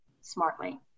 smartly